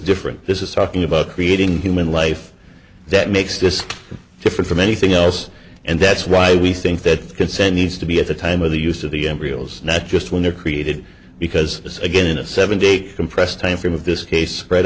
different this is talking about creating human life that makes this different from anything else and that's why we think that consent needs to be at the time of the use of the embryos not just when they're created because again in a seven day compressed time frame of this case read